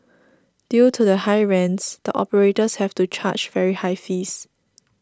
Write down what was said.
due to the high rents the operators have to charge very high fees